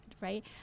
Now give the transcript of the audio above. right